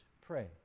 pray